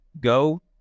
go